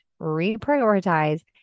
reprioritize